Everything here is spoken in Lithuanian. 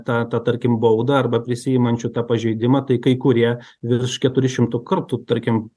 tą tą tarkim baudą arba prisiimančių tą pažeidimą tai kai kurie virš keturių šimtų kartų tarkim